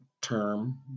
term